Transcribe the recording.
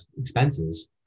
expenses